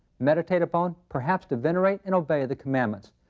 meditate upon, perhaps to venerate and obey the commandments.